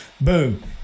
Boom